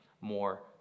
more